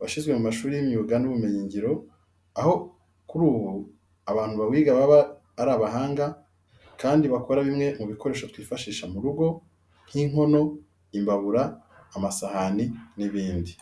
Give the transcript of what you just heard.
washyizwe mu mashuri y'imyuga n'ubumenyingiro, aho kuri ubu abantu bawiga baba ari abahanga kandi bakora bimwe mu bikoresho twifashisha mu rugo nk'inkono, imbabura, amasahani n'ibindi.